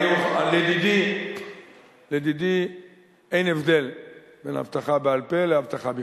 לדידי אין הבדל בין הבטחה בעל-פה להבטחה בכתב.